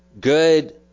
good